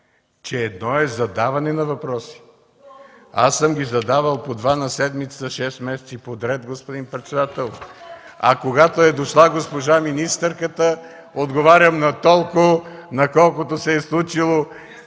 че едно е задаване на въпроси – аз съм ги задавал по два на седмица за шест месеца поред, господин председател, а когато е дошла госпожа министърката, отговаря на толкова, на колкото се е случило!